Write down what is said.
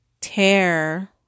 tear